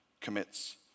commits